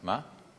מה?